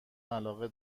علاقه